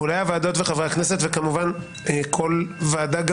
אולי הוועדות וחברי הכנסת וכמובן כל ועדה גם